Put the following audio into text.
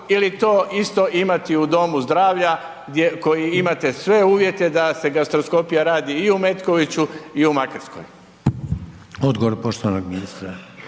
ili to isto imati u domu zdravlja koji imate sve uvjete da se gastroskopija radi i u Metkoviću i u Makarskoj. **Reiner,